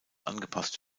angepasst